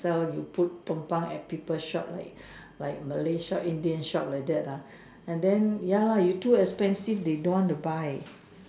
sell you put tumpang at people shop like like Malay shop Indian shop like that ah and then ya lah you too expensive they don't want to buy